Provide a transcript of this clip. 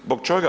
Zbog čega?